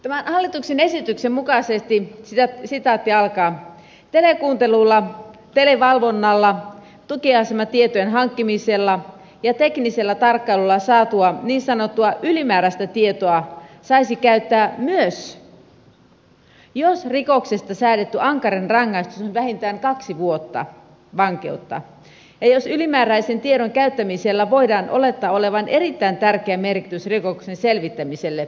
tämän hallituksen esityksen mukaisesti telekuuntelulla televalvonnalla tukiasematietojen hankkimisella ja teknisellä tarkkailulla saatua niin sanottua ylimääräistä tietoa saisi käyttää myös jos rikoksesta säädetty ankarin rangaistus on vähintään kaksi vuotta vankeutta ja jos ylimääräisen tiedon käyttämisellä voidaan olettaa olevan erittäin tärkeä merkitys rikoksen selvittämiselle